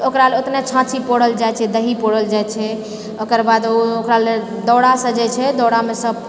तऽ ओकरा ला ओतने छाँछी पौरल जाइत छै दही पौरल जाइत छै ओकर बाद ओहिमे ओकरा लए दउरा सजैत छै दउरामे